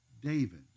David